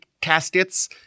caskets